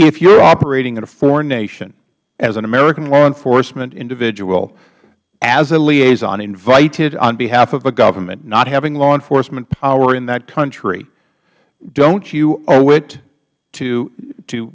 if you are operating in a foreign nation as an american law enforcement individual as a liaison invited on behalf of a government not having law enforcement power in that country don't you owe it to t